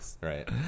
Right